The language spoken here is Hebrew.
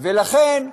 לכן,